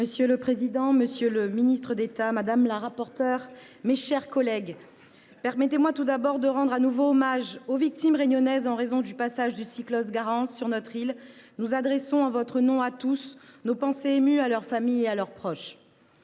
Monsieur le président, monsieur le ministre, mes chers collègues, permettez moi tout d’abord de rendre de nouveau hommage aux victimes réunionnaises, après le passage du cyclone Garance sur notre île. J’adresse, en votre nom à tous, nos pensées émues à leurs familles et à leurs proches.